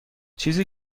چیزی